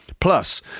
Plus